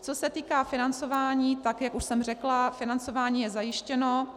Co se týká financování, tak jak už jsem řekla, financování je zajištěno.